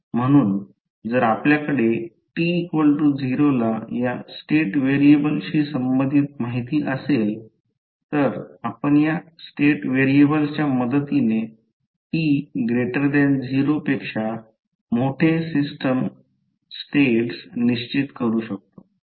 म्हणून जर आपल्याकडे t 0 ला या स्टेट व्हेरिएबलशी संबंधित माहिती असेल तर आपण या स्टेट व्हेरिएबल्सच्या मदतीने t 0 पेक्षा मोठे सिस्टम स्टेटस निश्चित करू शकतो